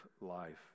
life